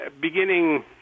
beginning